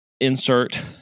insert